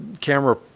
camera